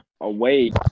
Away